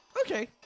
Okay